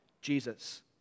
Jesus